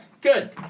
Good